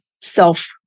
self